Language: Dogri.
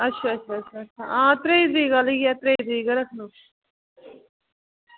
अच्छा अच्छा त्रेई तरीक आह्ली ऐ त्रेई तरीक गै रक्खनी